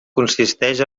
consisteix